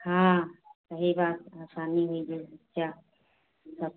हाँ सही बात आसानी हुई गई चा सब